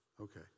okay